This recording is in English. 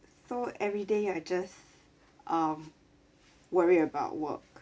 so everyday I just um worry about work